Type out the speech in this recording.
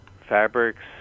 fabrics